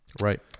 Right